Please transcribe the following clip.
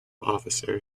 officer